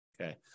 Okay